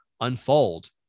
unfold